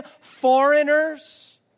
Foreigners